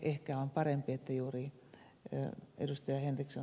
ehkä on parempi että juuri ed